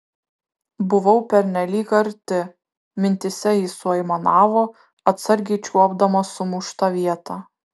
buvau pernelyg arti mintyse ji suaimanavo atsargiai čiuopdama sumuštą vietą